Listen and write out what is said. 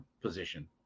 position